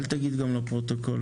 אל תגיד גם לפרוטוקול.